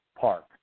Park